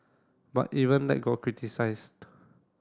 but even that got criticised